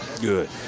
Good